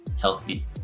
healthy